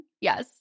Yes